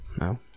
No